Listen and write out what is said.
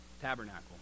Tabernacle